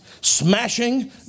smashing